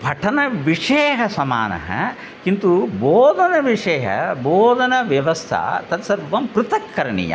पठनविषयः समानः किन्तु बोधनविषयः बोधनव्यवस्था तत् सर्वं पृथक् करणीयम्